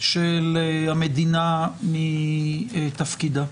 של המדינה מתפקידה.